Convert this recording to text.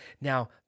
Now